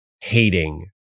hating